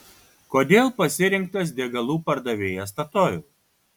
kodėl pasirinktas degalų pardavėjas statoil